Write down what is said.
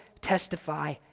testify